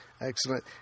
Excellent